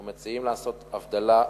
אנחנו מציעים לעשות הבדלה,